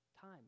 Time